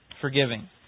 Forgiving